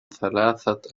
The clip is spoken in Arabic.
ثلاثة